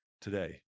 today